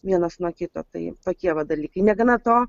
vienas nuo kito tai tokie va dalykai negana to